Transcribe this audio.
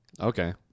Okay